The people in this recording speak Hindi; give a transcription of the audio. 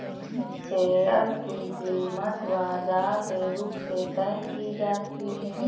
शेयर की कीमत बाजार के रुख से तय की जाती है